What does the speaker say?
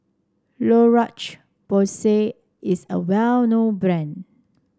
Porsay is a well known brand